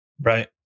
Right